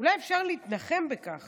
אולי אפשר להתנחם בכך